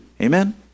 Amen